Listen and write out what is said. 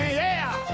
yeah,